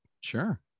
Sure